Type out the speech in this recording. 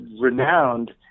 renowned